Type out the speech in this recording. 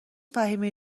فهیمه